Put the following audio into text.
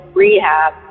rehab